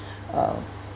uh